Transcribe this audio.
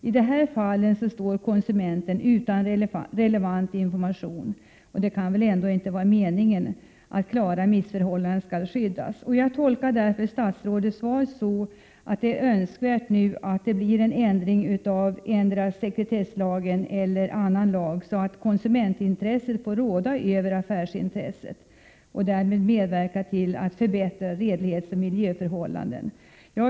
I det här fallet står konsumenten utan relevant information. Det kan väl ändå inte vara meningen att klara missförhållanden skall skyddas? Jag tolkar statsrådets svar så, att det är önskvärt att få till stånd en ändring endera av sekretesslagen eller också av annan lag, så att konsumentintresset får råda över affärsintresset och därmed medverka till att förbättra redlighetsoch miljöförhållandena.